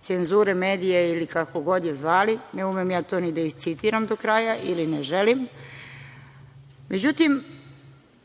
cenzure medija i kako god je zvali, ne umem ja to ni da iscitiram do kraja ili ne želim, međutim